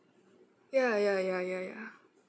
ya ya ya ya ya